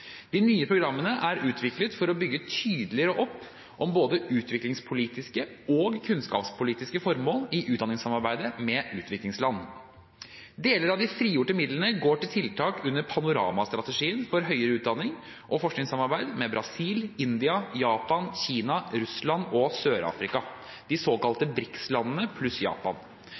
De nye programmene er utviklet for å bygge tydeligere opp om både utviklingspolitiske og kunnskapspolitiske formål i utdanningssamarbeidet med utviklingsland. Deler av de frigjorte midlene går til tiltak under Panorama-strategien for høyere utdannings- og forskningssamarbeid med Brasil, India, Japan, Kina, Russland og Sør-Afrika – de såkalte BRIKS-landene pluss Japan.